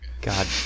God